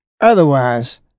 Otherwise